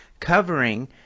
Covering